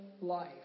life